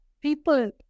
people